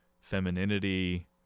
femininity